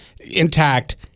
intact